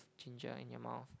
ginger in your mouth